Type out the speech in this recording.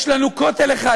יש לנו כותל אחד.